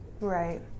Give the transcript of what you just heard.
Right